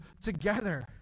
together